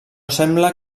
sembla